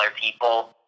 people